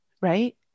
Right